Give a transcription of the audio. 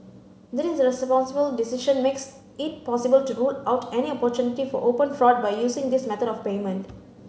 this responsible decision makes it possible to rule out any opportunity for open fraud by using this method of payment